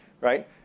right